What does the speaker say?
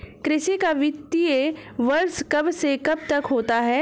कृषि का वित्तीय वर्ष कब से कब तक होता है?